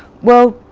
well,